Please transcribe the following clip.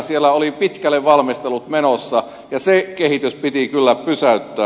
siellä oli pitkälle valmistelut menossa ja se kehitys piti kyllä pysäyttää